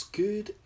good